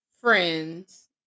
friends